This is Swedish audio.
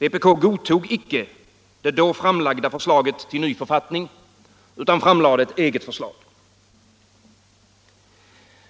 Vpk godtog icke det då framlagda förslaget till ny författning, utan framlade ett eget förslag.